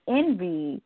envy